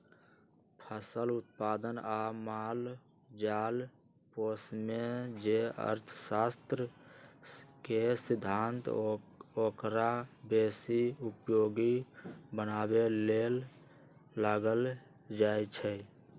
फसल उत्पादन आ माल जाल पोशेमे जे अर्थशास्त्र के सिद्धांत ओकरा बेशी उपयोगी बनाबे लेल लगाएल जाइ छइ